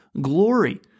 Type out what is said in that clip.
glory